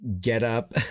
getup